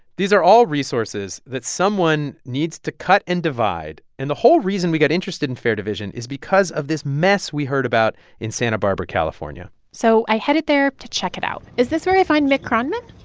these are all resources that someone needs to cut and divide. and the whole reason we got interested in fair division is because of this mess we heard about in santa barbara, calif um yeah so i headed there to check it out is this where i find mick kronman?